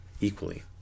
equally